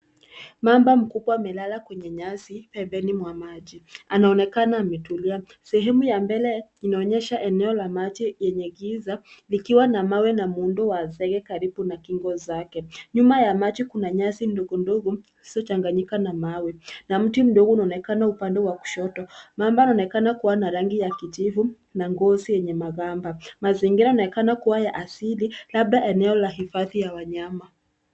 Mamba mkubwa amelala kwenye nyasi, pembeni mwa maji. Anaonekana ametulia. Sehemu ya mbele inaonyesha eneo la maji yenye giza, likiwa na mawe na muundo wa zege karibu na kingo zake. Nyuma ya maji kuna nyasi ndogo ndogo, isiochanganyika na mawe. Na mti mdogo unaonekana upande wa kushoto. Mamba anaonekana kuwa na rangi ya kijivu, na ngozi yenye magamba. Mazingira yanaonekana kuwa ya asili, labda eneo la hifadhi ya wanyama.